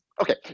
okay